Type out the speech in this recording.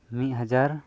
ᱢᱤᱫ ᱦᱟᱡᱟᱨ